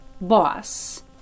boss